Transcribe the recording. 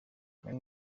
muri